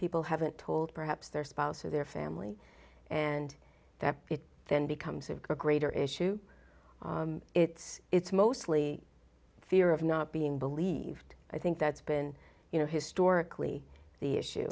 people haven't told perhaps their spouse or their family and that it then becomes a greater issue it's it's mostly fear of not being believed i think that's been you know historically the issue